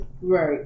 Right